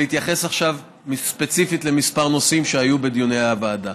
אתייחס עכשיו ספציפית לכמה נושאים שהיו בדיוני הוועדה.